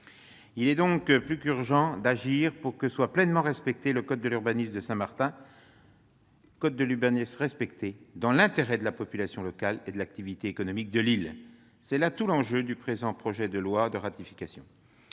Il est donc plus qu'urgent d'agir pour que soit pleinement respecté le code de l'urbanisme de Saint-Martin, dans l'intérêt de la population locale et de l'activité économique de l'île. C'est là tout l'enjeu du présent projet de loi de ratification.